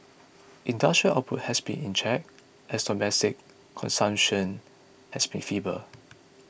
industrial output has also been in check as domestic consumption has been feeble